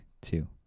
two